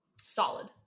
solid